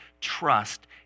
trust